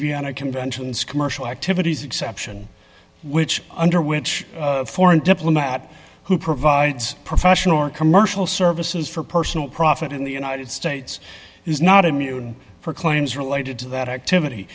vienna convention scheme or szell activities exception which under which foreign diplomat who provides professional or commercial services for personal profit in the united states is not immune for claims related to that activity